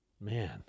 man